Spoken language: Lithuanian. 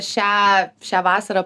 šią šią vasarą